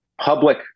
public